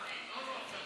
עשר